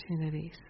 opportunities